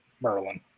Merlin